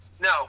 no